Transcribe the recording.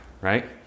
Right